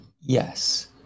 Yes